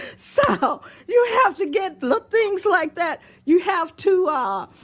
so you have to get little things like that you have to ah,